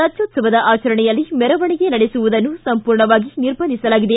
ರಾಜ್ಯೋತ್ಸವದ ಆಚರಣೆಯಲ್ಲಿ ಮೆರವಣಿಗೆ ನಡೆಸುವುದನ್ನು ಸಂಪೂರ್ಣವಾಗಿ ನಿರ್ಬಂಧಿಸಲಾಗಿದೆ